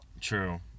True